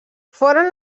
foren